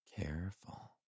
Careful